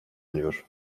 eriyor